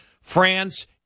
France